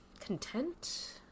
Content